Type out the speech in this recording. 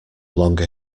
longer